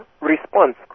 response